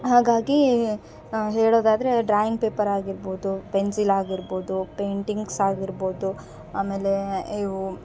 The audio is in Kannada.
ಹಾಗಾಗಿ ನಾವು ಹೇಳೊದಾದರೆ ಡ್ರಾಯಿಂಗ್ ಪೇಪರ್ ಆಗಿರ್ಬೌದು ಪೆನ್ಸಿಲ್ ಆಗಿರ್ಬೌದು ಪೇಂಟಿಂಗ್ಸ್ ಅಗಿರ್ಬೌದು ಆಮೇಲೆ ಇವು